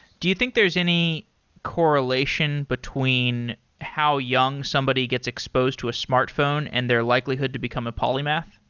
do you think there's any correlation between how young somebody gets exposed to a smart phone and their likelihood to become a polymath?